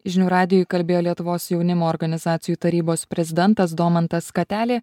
žinių radijui kalbėjo lietuvos jaunimo organizacijų tarybos prezidentas domantas katelė